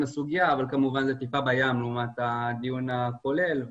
הסוגיה אבל כמובן זו טיפה בים לעומת הדיון הכולל.